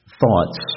thoughts